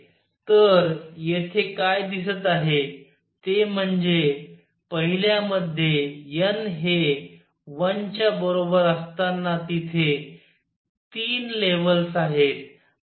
तर येथे काय दिसत आहे ते म्हणजे पहिल्यामध्ये n हे 1 च्या बरोबर असताना तिथे 3 लेव्हल्स आहेत